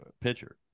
pitcher